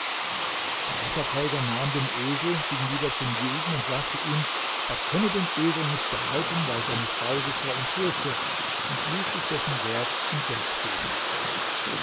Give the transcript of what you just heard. der wasserträger nahm den esel ging wieder zum juden sagte ihm er könne den esel nicht behalten weil seine frau sich vor ihm fürchte und ließ sich dessen wert in geld geben